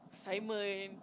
timer and